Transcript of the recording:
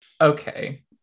Okay